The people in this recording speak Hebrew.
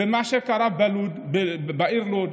ומה שקרה בעיר לוד,